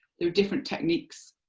there are different techniques